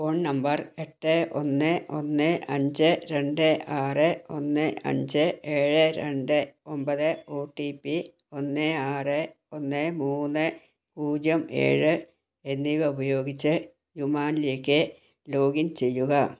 phone number എട്ട് ഒന്ന് ഒന്ന് അഞ്ച് രണ്ട് ആറ് ഒന്ന് അഞ്ച് ഏഴ് രണ്ട് ഒൻപത് ഒ റ്റി പി ഒന്ന് ആറ് ഒന്ന് മൂന്ന് പൂജ്യം ഏഴ് എന്നിവ ഉപയോഗിച്ച് ഉമാങ്ങിലേക്ക് ലോഗിൻ ചെയ്യുക